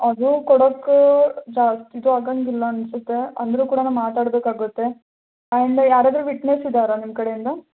ಅದು ಕೊಡೋಕ್ಕೂ ಇದು ಆಗಂಗಿಲ್ಲ ಅನ್ಸುತ್ತೆ ಅಂದ್ರು ಕೂಡ ನಾ ಮಾತಾಡಬೇಕಾಗುತ್ತೆ ಆ್ಯಂಡ ಯಾರಾದ್ರು ವಿಟ್ನೆಸ್ ಇದ್ದಾರ ನಿಮ್ಮ ಕಡೆಯಿಂದ